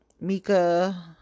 mika